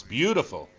beautiful